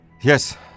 Yes